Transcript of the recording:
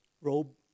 robe